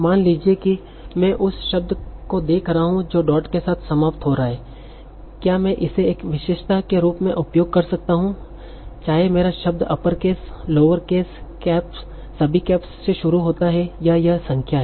मान लीजिए कि मैं उस शब्द को देख रहा हूं जो डॉट के साथ समाप्त हो रहा है क्या मैं इसे एक विशेषता के रूप में उपयोग कर सकता हूं चाहे मेरा शब्द upper case lower case cap सभी कैप से शुरू होता है या यह संख्या है